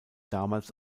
damals